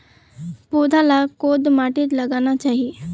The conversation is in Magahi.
पौधा लाक कोद माटित लगाना चही?